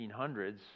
1800s